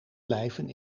blijven